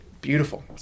Beautiful